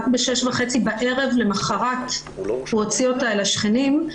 רק ב-18:30 למחרת הוא הוציא אותה לשכנים.